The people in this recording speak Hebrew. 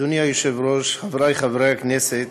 אדוני היושב-ראש, חברי חברי הכנסת,